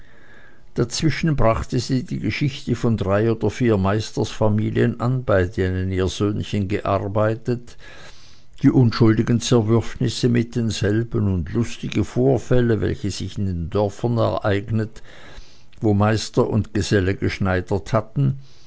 dazwischen brachte sie die geschichte von drei oder vier meisterfamilien an bei denen ihr söhnchen gearbeitet die unschuldigen zerwürfnisse mit denselben und lustige vorfälle welche sich in den dörfern ereignet wo meister und geselle geschneidert hatten